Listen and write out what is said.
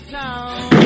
town